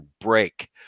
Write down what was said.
break